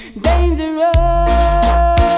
Dangerous